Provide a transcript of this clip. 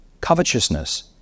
covetousness